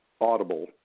Audible